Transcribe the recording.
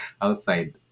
outside